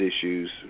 issues